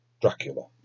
Dracula